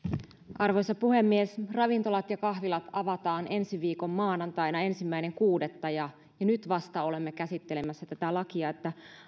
arvoisa puhemies ravintolat ja kahvilat avataan ensi viikon maanantaina ensimmäinen kuudetta ja nyt vasta olemme käsittelemässä tätä lakia että